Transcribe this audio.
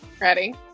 Ready